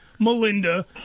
Melinda